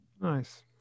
Nice